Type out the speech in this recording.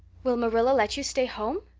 will marilla let you stay home?